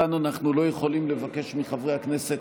כאן אנחנו לא יכולים לבקש מחברי הכנסת